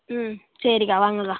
ம் சரிக்கா வாங்கக்கா